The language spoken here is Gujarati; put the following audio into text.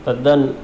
તદ્દન